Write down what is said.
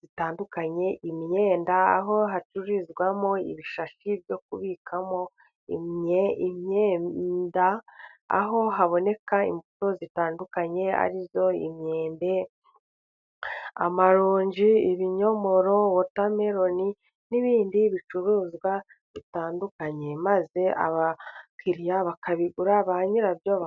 zitandukanye, imyenda, aho bacururizamo ibishashi byo kubikamo imyenda, aho haboneka imbuto zitandukanye arizo: imyembe, amaronji, ibinyomoro, wotameroni n'ibindi bicuruzwa bitandukanye maze abakiriya bakabigura ba nyirabyo ba...